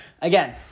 again